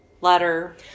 letter